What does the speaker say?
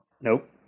Nope